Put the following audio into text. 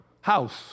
house